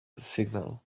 signal